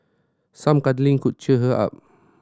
some cuddling could cheer her up